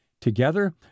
Together